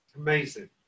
Amazing